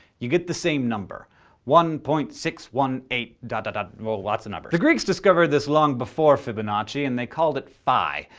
you get the same number one point six one eight. lots of numbers. the greeks discovered this long before fibonacci, and they called it phi.